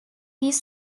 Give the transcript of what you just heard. his